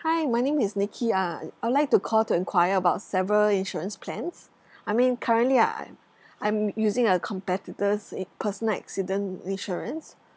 hi my name is nicky uh I would like to call to enquire about several insurance plans I mean currently I I'm using a competitor's it personal accident insurance